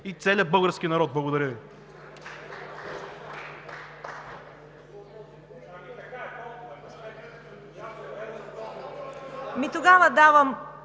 и целия български народ. Благодаря Ви.